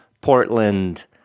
Portland